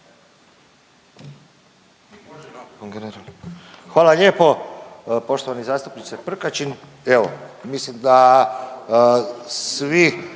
Hvala lijepo poštovani zastupniče Prkačin. Evo, misli da svi